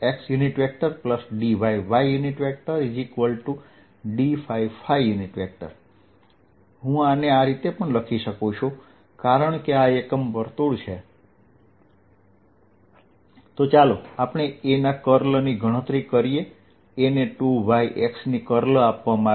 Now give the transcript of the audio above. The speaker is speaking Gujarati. dldxxdyy dϕ હું આને આ રીતે પણ લખી શકું છું કારણ કે આ એકમ વર્તુળ છે તો ચાલો આપણે A ના curl ની ગણતરી કરીએ A ને 2yx ની કર્લ આપવામાં આવે છે